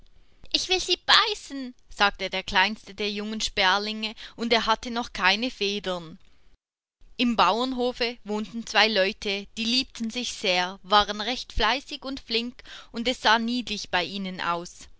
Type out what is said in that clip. ich will sie beißen sagte der kleinste der jungen sperlinge und er hatte noch keine federn im bauernhofe wohnten zwei junge leute die liebten sich sehr waren recht fleißig und flink und es sah niedlich bei ihnen aus